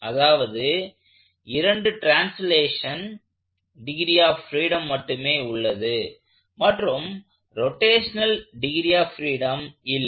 அதாவது இரண்டு translational degree of freedom மட்டுமே உள்ளது மற்றும் ரொட்டேஷனல் டிகிரி ஆஃப் ஃபிரீடம் இல்லை